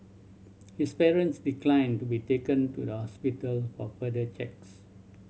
his parents declined to be taken to the hospital for further checks